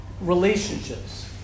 relationships